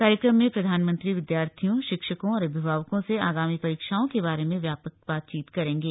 कार्यक्रम में प्रधानमंत्री विद्यार्थियों शिक्षकों और अभिभावकों से आगामी परीक्षाओं के बारे में व्यापक बातचीत करेंगे